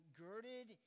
girded